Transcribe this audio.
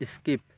skip